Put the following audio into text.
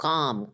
Calm